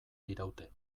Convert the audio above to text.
diraute